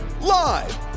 Live